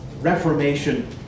Reformation